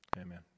Amen